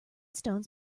stones